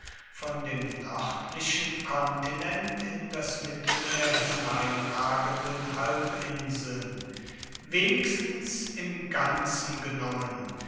von dem nördlichen kontinent in das mittelmeer hineinragenden halbinseln wenigstens im ganzen genommen